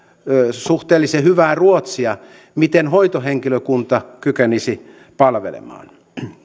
suhteellisen hyvää ruotsia miten hoitohenkilökunta kykenisi palvelemaan